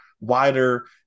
wider